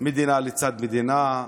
מדינה לצד מדינה,